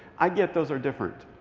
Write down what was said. i get those are different.